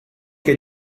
che